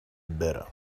better